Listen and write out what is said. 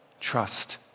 Trust